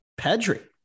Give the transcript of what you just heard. Pedri